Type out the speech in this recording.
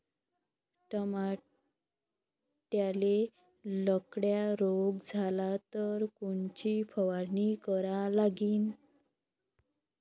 टमाट्याले लखड्या रोग झाला तर कोनची फवारणी करा लागीन?